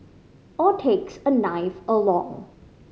or takes a knife along